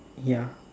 ya